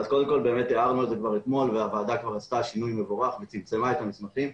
הערנו כבר אתמול והוועדה עשתה שינוי מבורך וצמצמה את המסמכים.